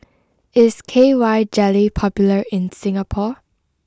is K Y Jelly popular in Singapore